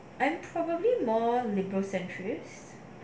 I'm probably more liberal centuries